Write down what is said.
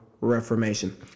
reformation